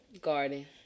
garden